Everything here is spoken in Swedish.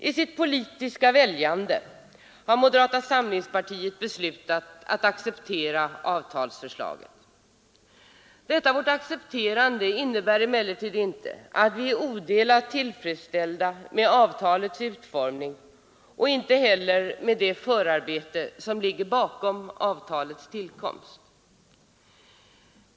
I sitt politiska väljande har moderata samlingspartiet beslutat att acceptera avtalsförslaget. Detta vårt accepterande innebär emellertid inte att vi är odelat tillfredsställda med avtalets utformning och det förarbete som ligger bakom avtalets tillkomst.